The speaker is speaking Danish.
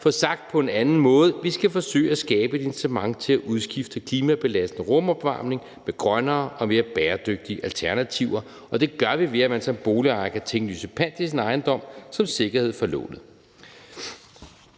For sagt på en anden måde: Vi skal forsøge at skabe et incitament til at udskifte klimabelastende rumopvarmning med grønnere og mere bæredygtige alternativer, og det gør vi ved, at man som boligejer kan tinglyse pant i sin ejendom som sikkerhed for lånet.